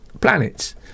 planets